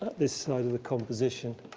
this side of the composition.